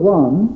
one